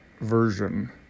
version